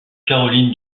caroline